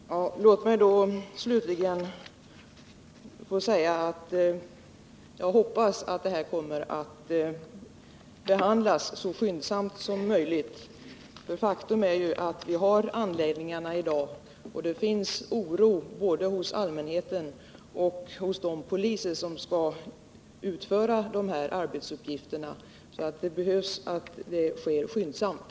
Herr talman! Låt mig då slutligen få säga att jag hoppas att denna fråga kommer att behandlas så skyndsamt som möjligt. Faktum är ju att vi har anläggningarna i dag, och det finns oro både hos allmänheten och hos de poliser som skall utföra arbetsuppgifterna. Det är alltså nödvändigt att detta arbete sker skyndsamt.